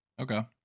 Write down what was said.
Okay